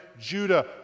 Judah